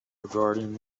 regarding